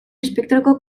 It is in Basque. espektroko